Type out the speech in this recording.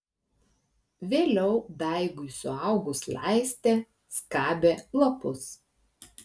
vėliau daigui suaugus laistė skabė lapus